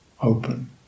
open